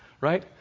right